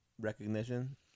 recognition